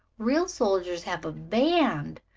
real soldiers have a band.